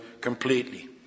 completely